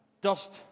dust